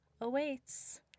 awaits